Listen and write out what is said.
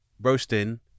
roasting